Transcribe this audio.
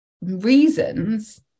reasons